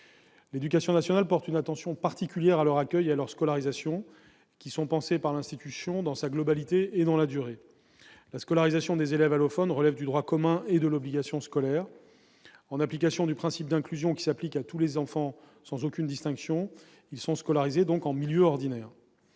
L'éducation nationale porte une attention particulière à leur accueil et à leur scolarisation, qui sont pensés, par l'institution, dans sa globalité et dans la durée. La scolarisation des élèves allophones relève du droit commun et de l'obligation scolaire, en application du principe d'inclusion qui s'applique à tous les enfants sans aucune distinction. Ils sont donc scolarisés en milieu ordinaire